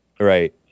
Right